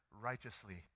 righteously